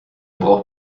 braucht